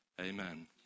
Amen